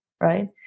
right